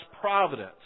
providence